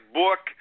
book